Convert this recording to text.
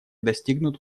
достигнут